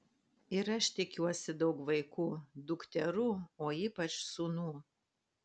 ir aš tikiuosi daug vaikų dukterų o ypač sūnų